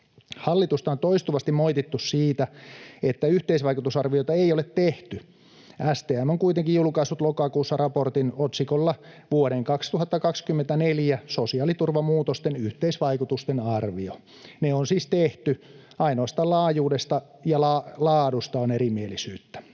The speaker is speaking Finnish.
Hallitusta on toistuvasti moitittu siitä, että yhteisvaikutusarvioita ei ole tehty. STM on kuitenkin julkaissut lokakuussa raportin otsikolla ”Vuoden 2024 sosiaaliturvan muutosten yhteisvaikutusten arviointi”. Se on siis tehty. Ainoastaan laajuudesta ja laadusta on erimielisyyttä.